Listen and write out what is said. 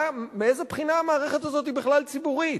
מאיזו בחינה המערכת הזאת היא בכלל ציבורית?